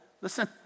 listen